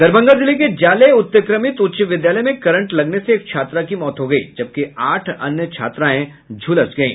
दरभंगा जिले के जाले उत्क्रमित उच्च विद्यालय में करंट लगने से एक छात्रा की मौत हो गयी जबकि आठ अन्य छात्राएं झुलस गयी